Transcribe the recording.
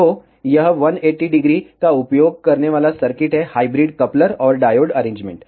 तो यह 180° का उपयोग करने वाला सर्किट है हाइब्रिड कपलर और डायोड अरेंजमेंट